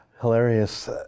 Hilarious